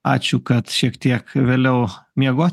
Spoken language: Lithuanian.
ačiū kad šiek tiek vėliau miegot